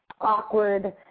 awkward